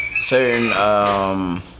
certain